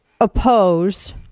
oppose